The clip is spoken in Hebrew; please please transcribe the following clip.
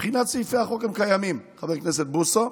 מבחינת סעיפי החוק, הם קיימים, חבר הכנסת בוסו,